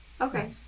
Okay